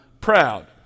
proud